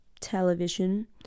television